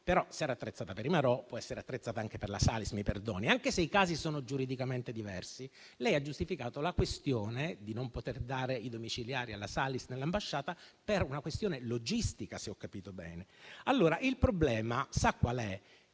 però se era attrezzata per i marò, può essere attrezzata anche per la Salis, mi perdoni, anche se i casi sono giuridicamente diversi. Lei ha giustificato la questione di non poter dare i domiciliari alla Salis nell'ambasciata per una questione logistica, se ho capito bene. Allora il problema sa qual è?